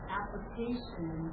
application